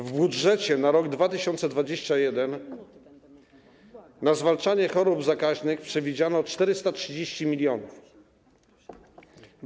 W budżecie na rok 2021 na zwalczanie chorób zakaźnych przewidziano 430 mln zł.